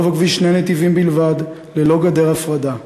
ברוב הכביש שני נתיבים בלבד, ללא גדר הפרדה.